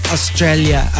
Australia